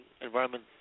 environment